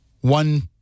one